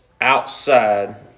outside